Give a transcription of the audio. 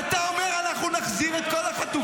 אתה אומר: אנחנו נחזיר את כל החטופים?